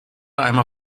einmal